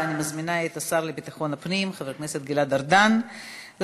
ואני מזמינה את השר לביטחון הפנים חבר הכנסת גלעד ארדן להשיב